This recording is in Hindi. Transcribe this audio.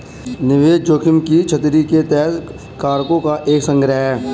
निवेश जोखिम की छतरी के तहत कारकों का एक संग्रह है